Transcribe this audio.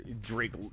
Drake